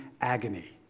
agony